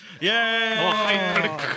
Yay